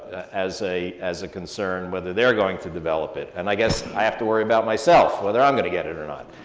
as a as a concern whether they're going to develop it. and i guess i have to worry about myself, whether i'm gonna get it or not.